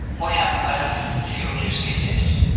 we have quite a few use cases.